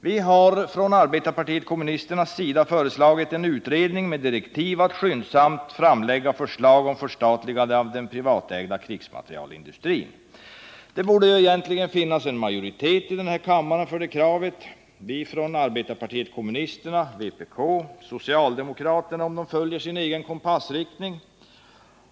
Vi har från arbetarpartiet kommunisternas sida föreslagit en utredning med direktiv att skyndsamt framlägga förslag om förstatligande av den privatägda krigsmaterielindustrin. Det borde egentligen finnas en majoritet i den här kammaren för det kravet: vi från arbetarpartiet kommunisterna, vpk och socialdemokraterna — om de följer sin egen kompassriktning.